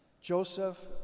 Joseph